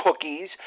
cookies